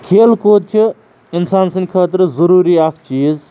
کھیل کوٗد چھِ اِنسان سٕنٛدِ خٲطرٕ ضروٗری اَکھ چیٖز